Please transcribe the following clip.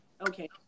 Okay